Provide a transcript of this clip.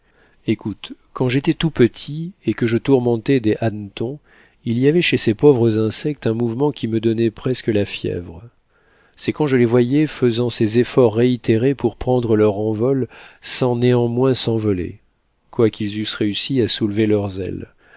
écoute quand j'étais tout petit et que je tourmentais des hannetons il y avait chez ces pauvres insectes un mouvement qui me donnait presque la fièvre c'est quand je les voyais faisant ces efforts réitérés pour prendre leur vol sans néanmoins s'envoler quoiqu'ils eussent réussi à soulever leurs ailes